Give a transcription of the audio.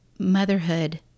motherhood